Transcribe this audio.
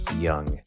young